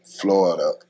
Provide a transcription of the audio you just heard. Florida